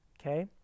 okay